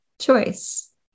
choice